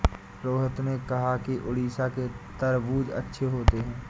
रोहित ने कहा कि उड़ीसा के तरबूज़ अच्छे होते हैं